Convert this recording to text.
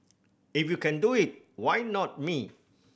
if you can do it why not me